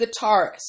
guitarist